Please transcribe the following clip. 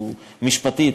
משפטית,